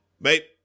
Mate